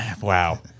Wow